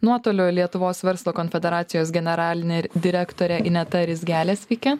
nuotoliu lietuvos verslo konfederacijos generalinė direktorė ineta rizgelė sveiki